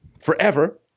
forever